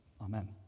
amen